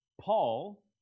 Paul